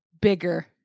bigger